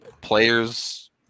Players